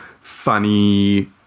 funny